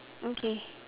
okay